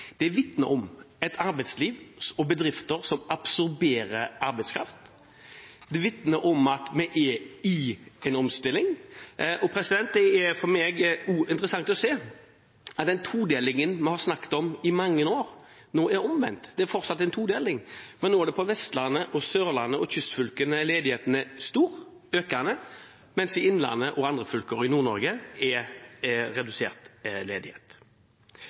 Det vitner om et arbeidsliv og bedrifter som absorberer arbeidskraft. Det vitner om at man er i en omstilling. For meg er det også interessant å se at todelingen vi har snakket om i mange år, nå har snudd. Det er fortsatt en todeling, men nå er det på Vestlandet, på Sørlandet og i kystfylkene at ledigheten er stor og økende, mens det i innlandet, i andre fylker og i Nord-Norge er redusert ledighet.